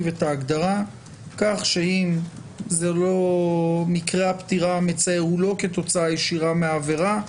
את ההגדרה כך שאם מקרה הפטירה המצער הוא לא כתוצאה ישירה מהעבירה,